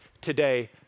today